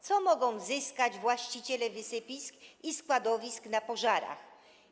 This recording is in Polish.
Co mogą zyskać właściciele wysypisk i składowisk na pożarach?